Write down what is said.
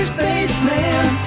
Spaceman